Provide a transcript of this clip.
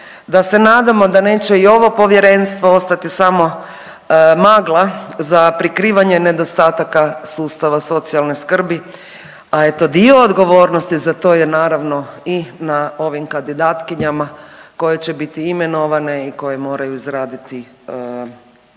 da se nadamo da neće i ovo Povjerenstvo ostati samo magla za prikrivanje nedostataka sustava socijalne skrbi, a eto, dio odgovornosti za to je naravno i na ovim kandidatkinjama koje će biti imenovane i koje moraju izraditi taj